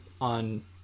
on